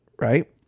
right